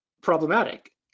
problematic